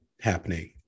happening